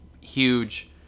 huge